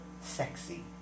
sexy